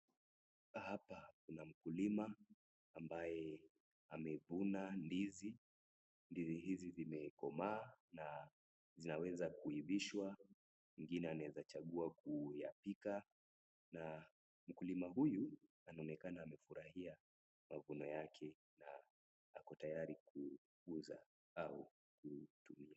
Hapa kuna mkulima ambaye amevuna ndizi. Ndizi hizi zinekomaa na zinaweza kuivishwa. Mwingine anaeza chagua kuyapika. Mkulima huyu anaonekana amefurahia mavuno yake na ako tayari kuuza au kutumia.